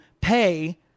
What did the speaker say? pay